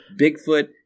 Bigfoot